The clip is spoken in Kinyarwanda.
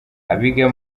abiga